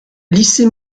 lycée